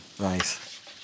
Nice